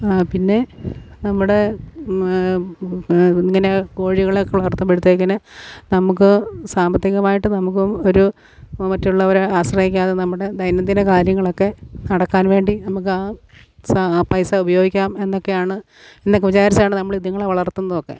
പിന്നെ നമ്മുടെ ഇങ്ങനെ കോഴികളെ ഒക്കെ വളർത്തുമ്പോഴത്തേക്കിന് നമുക്ക് സാമ്പത്തികമായിട്ട് നമുക്ക് ഒരു മറ്റുള്ളവരെ ആശ്രയിക്കാതെ നമ്മുടെ ദൈനംദിന കാര്യങ്ങളൊക്കെ നടക്കാൻ വേണ്ടി നമുക്ക് ആ സ പൈസ ഉപയോഗിക്കാം എന്നൊക്കെയാണ് എന്നൊക്കെ വിചാരിച്ചാണ് നമ്മൾ ഇതുങ്ങളെ വളർത്തുന്നതൊക്കെ